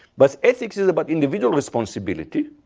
but ethics is about individual responsibility.